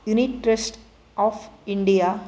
unit trust of India